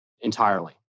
entirely